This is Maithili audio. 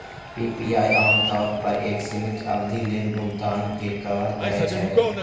पी.पी.आई आम तौर पर एक सीमित अवधि लेल भुगतान कें कवर करै छै